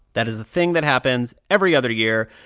that is a thing that happens every other year.